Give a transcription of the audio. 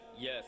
yes